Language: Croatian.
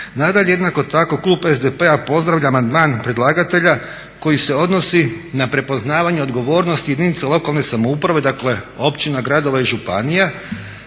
Nadalje jednako tako klub SDP-a pozdravlja amandman predlagatelja koji se odnosi na prepoznavanje odgovornosti jedinica lokalne samouprave, dakle općina, gradova i županija